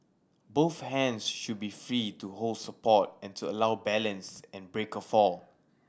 both hands should be free to hold support and to allow balance and break a fall